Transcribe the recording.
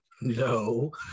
No